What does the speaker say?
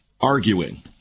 Arguing